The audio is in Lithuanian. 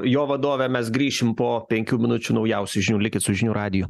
jo vadovė mes grįšim po penkių minučių naujausių žinių likit su žinių radiju